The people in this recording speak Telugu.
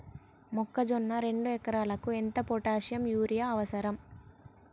మొక్కజొన్న రెండు ఎకరాలకు ఎంత పొటాషియం యూరియా అవసరం?